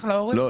לא.